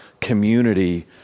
community